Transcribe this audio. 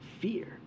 fear